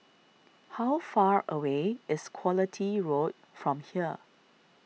how far away is Quality Road from here